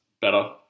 better